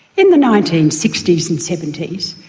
in the nineteen sixties and seventies,